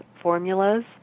formulas